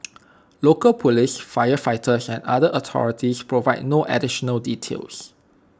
local Police firefighters and other authorities provided no additional details